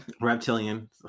reptilian